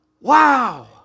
Wow